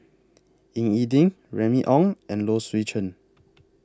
Ying E Ding Remy Ong and Low Swee Chen